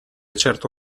certo